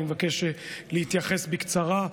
אני מבקש להתייחס בקצרה.